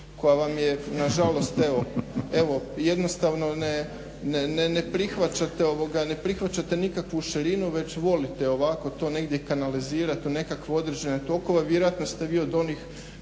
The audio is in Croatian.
koja vam je na žalost evo, jednostavno ne prihvaćate nikakvu širinu već volite ovako to negdje kanalizirati u nekakve određene tokove. Vjerojatno ste vi od onih